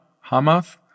Hamath